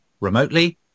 remotely